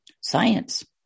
science